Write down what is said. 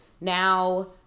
now